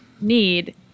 need